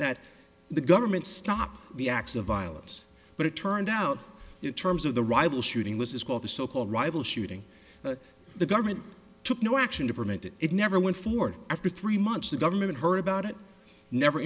that the government stopped the acts of violence but it turned out in terms of the rival shooting which is called the so called rival shooting the government took no action to prevent it it never went forward after three months the government heard about it never